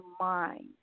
mind